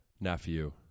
Nephew